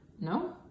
No